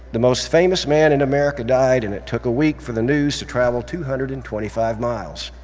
the most famous man in america died and it took a week for the news to travel two hundred and twenty five miles.